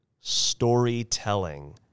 Storytelling